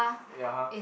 ya !huh!